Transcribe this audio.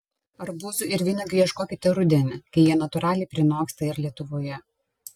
arbūzų ir vynuogių ieškokite rudenį kai jie natūraliai prinoksta ir lietuvoje